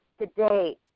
today